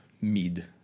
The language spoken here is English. mid